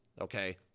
okay